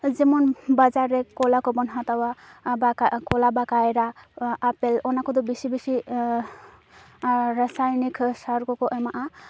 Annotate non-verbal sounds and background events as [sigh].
ᱡᱮᱢᱚᱱ ᱵᱟᱡᱟᱨ ᱨᱮ ᱠᱚᱞᱟ ᱠᱚ ᱵᱚᱱ ᱦᱟᱛᱟᱣᱼᱟ [unintelligible] ᱠᱚᱞᱟ ᱵᱟ ᱠᱟᱭᱨᱟ ᱟᱯᱮᱞ ᱚᱱᱟᱠᱚ ᱫᱚ ᱵᱮᱥᱤ ᱵᱮᱥᱤ ᱟᱨ ᱨᱟᱥᱟᱭᱱᱤᱠ ᱥᱟᱨᱠᱚ ᱠᱚ ᱮᱢᱟᱜᱼᱟ